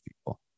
people